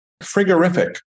frigorific